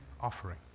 offering